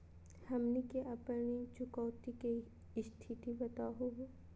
हमनी के अपन ऋण चुकौती के स्थिति बताहु हो?